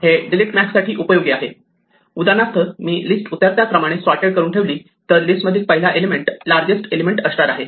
हे delete max साठी उपयोगी आहे उदाहरणार्थ जर मी लिस्ट उतरत्या क्रमाने सॉर्टेड करून ठेवली तर लिस्टमधील पहिला एलिमेंट लार्जेस्ट एलिमेंट असणार आहे